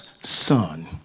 son